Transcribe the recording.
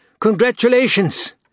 Congratulations